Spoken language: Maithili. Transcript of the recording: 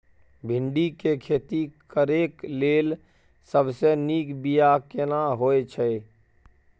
भिंडी के खेती करेक लैल सबसे नीक बिया केना होय छै?